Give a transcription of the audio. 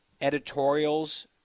editorials